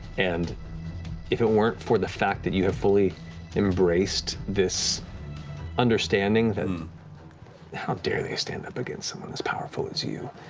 and if it weren't for the fact that you have fully embraced this understanding, then how dare they stand up against someone as powerful as you?